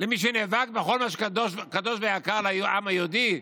למי שנאבק בכל מה שקדוש ויקר לעם היהודי?